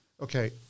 Okay